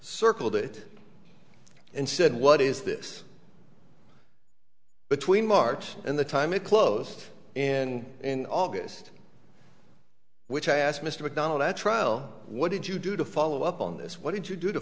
circled it and said what is this between march and the time it closed in in august which i asked mr mcdonald at trial what did you do to follow up on this what did you do to